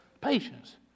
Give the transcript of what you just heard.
patience